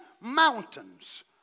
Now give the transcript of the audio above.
mountains